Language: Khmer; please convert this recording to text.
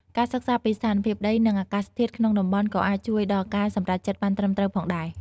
ការសិក្សាពីស្ថានភាពដីនិងអាកាសធាតុក្នុងតំបន់ក៏អាចជួយដល់ការសម្រេចចិត្តបានត្រឹមត្រូវផងដែរ។